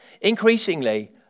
Increasingly